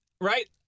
Right